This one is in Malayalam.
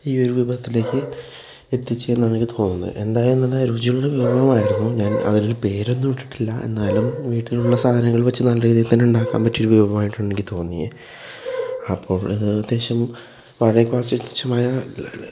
ഈ ഒരു വിഭവത്തിലേക്ക് എത്തിച്ചേര്ന്നതെന്നെനിക്ക് തോന്നുന്നത് എന്തായാലും നല്ല രുചിയുള്ളൊരു വിഭവമായിരുന്നു ഞാന് അതിനൊരു പേരൊന്നും ഇട്ടിട്ടില്ല എന്നാലും വീട്ടിലുള്ള സാധനങ്ങള് വെച്ച് നല്ല രീതിയില് തന്നെ ഉണ്ടാക്കാന് പറ്റിയ വിഭവമായിട്ടെനിക്ക് തോന്നിയെ അപ്പോഴിതേകദേശം പഴേ മായ